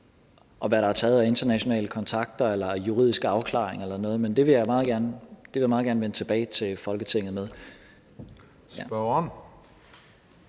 hvad der er taget af internationale kontakter eller juridiske afklaringer eller sådan noget, men det vil jeg meget gerne vende tilbage til Folketinget med. Kl.